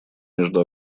между